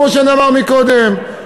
כמו שנאמר קודם,